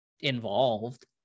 involved